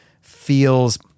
feels